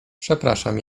przepraszam